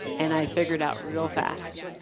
and i figured out real fast,